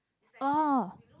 !oh!